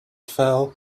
fell